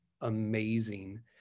amazing